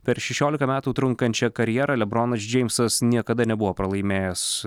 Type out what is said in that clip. per šešioliką metų trunkančią karjerą lebronas džeimsas niekada nebuvo pralaimėjęs